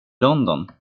london